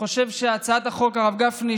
הרב גפני,